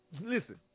listen